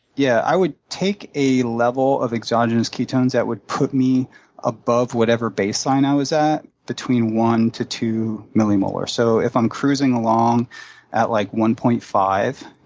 yeah, i would take a level of exogenous ketones that would put me above whatever baseline i was at, between one to two millimolars. so, if i'm cruising along at, like, one point five,